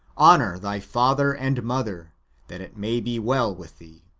honour thy father and mother that it may be well with thee.